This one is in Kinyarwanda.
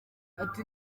ati